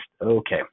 okay